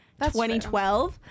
2012